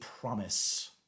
promise